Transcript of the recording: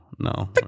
No